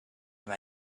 have